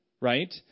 right